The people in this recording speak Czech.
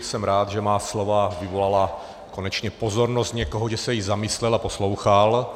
Jsem ráda, že má slova vyvolala konečně pozornost někoho, že se i zamyslel a poslouchal.